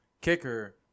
kicker